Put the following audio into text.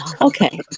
Okay